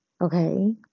okay